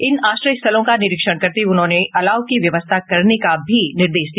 इन आश्रय स्थलों का निरीक्षण करते हुये उन्होंने अलाव की व्यवस्था करने का भी निर्देश दिया